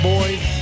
Boys